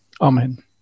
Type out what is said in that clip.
Amen